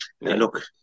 look